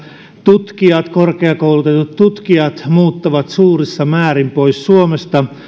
tutkijat korkeakoulutetut tutkijat muuttavat suurissa määrin pois suomesta